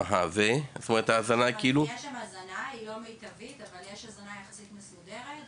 אין לנו הסבר לכך.